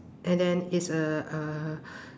and then it's a uh